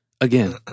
Again